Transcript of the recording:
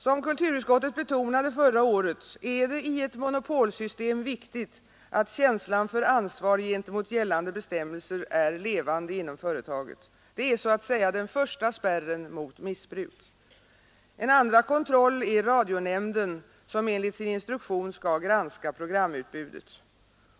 Som kulturutskottet betonade förra året är det i ett monopolsystem viktigt att känslan för ansvar gentemot gällande bestämmelser är levande inom företaget. Det är så att säga den första spärren mot missbruk. En andra kontroll är radionämnden, som enligt sin instruktion skall granska programutbudet.